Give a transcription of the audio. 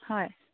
হয়